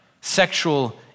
sexual